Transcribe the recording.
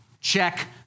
Check